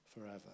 forever